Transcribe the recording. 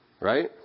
right